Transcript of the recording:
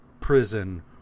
prison